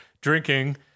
drinking